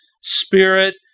spirit